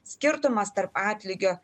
skirtumas tarp atlygio